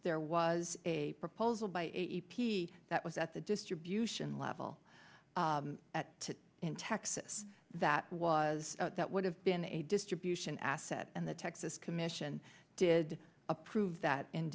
there was a proposal by a p that was at the distribution level at to in texas that was that would have been a distribution asset and the texas commission did approve that